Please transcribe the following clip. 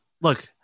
look